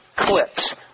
Clips